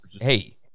hey